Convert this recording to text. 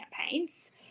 campaigns